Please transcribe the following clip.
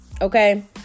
Okay